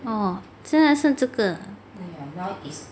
orh 真的是这个